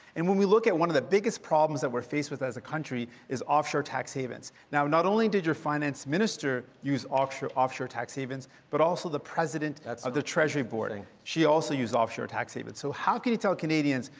and when we look at one of the biggest problems that we're faced with as a country is offshore tax havens. now not only did your finance minister use offshore offshore tax havens, but also the president of the treasury board. and she also used offshore tax havens. so how can you tell canadians,